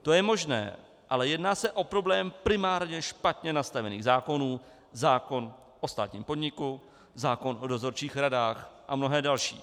To je možné, ale jedná se o problém primárně špatně nastavených zákonů, zákon o státním podniku, zákon o dozorčích radách a mnohé další.